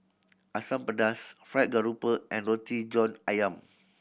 Asam Pedas fried grouper and Roti John Ayam